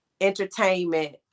entertainment